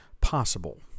possible